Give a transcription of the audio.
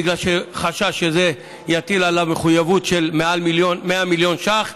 בגלל שחשש שזה יטיל עליו מחויבות של מעל 100 מיליון שקלים,